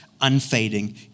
unfading